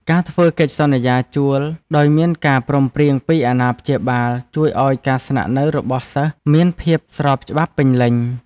ការធ្វើកិច្ចសន្យាជួលដោយមានការព្រមព្រៀងពីអាណាព្យាបាលជួយឱ្យការស្នាក់នៅរបស់សិស្សមានភាពស្របច្បាប់ពេញលេញ។